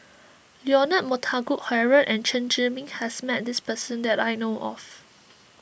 Leonard Montague Harrod and Chen Zhiming has met this person that I know of